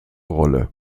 rolle